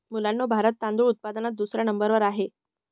मुलांनो भारत तांदूळ उत्पादनात दुसऱ्या नंबर वर आहे